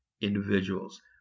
individuals